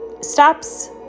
stops